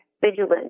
vigilant